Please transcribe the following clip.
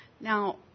Now